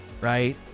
Right